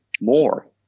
more